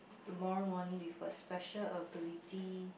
tomorrow morning with a special ability